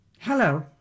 Hello